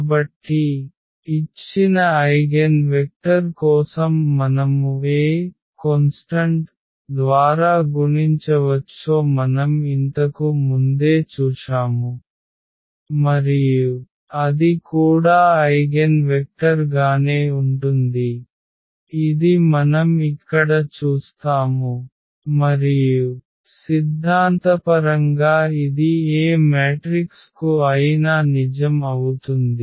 కాబట్టి ఇచ్చిన eigen vector కోసం మనము ఏ స్థిరాంకం ద్వారా గుణించవచ్చో మనం ఇంతకు ముందే చూశాము మరియు అది కూడా ఐగెన్ వెక్టర్ గానే ఉంటుంది ఇది మనం ఇక్కడ చూస్తాము మరియు సిద్ధాంతపరంగా ఇది ఏ మ్యాట్రిక్స్ కు అయినా నిజం అవుతుంది